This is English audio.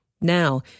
Now